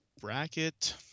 bracket